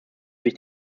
sich